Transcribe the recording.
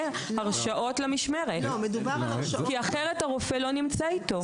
הרשאות למשמרת כי אחרת הרופא לא נמצא איתו.